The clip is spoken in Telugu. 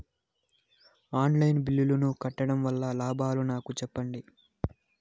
ఆన్ లైను బిల్లుల ను కట్టడం వల్ల లాభాలు నాకు సెప్పండి?